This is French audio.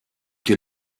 que